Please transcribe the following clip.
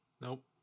Nope